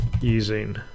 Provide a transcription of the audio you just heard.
using